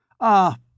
Ah